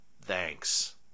thanks